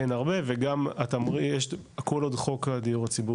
אין הרבה וגם כול עוד חוק הדיור הציבורי